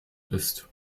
ist